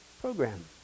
program